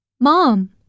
Mom